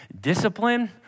Discipline